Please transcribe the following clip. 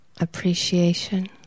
appreciation